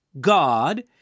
god